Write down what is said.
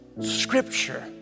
scripture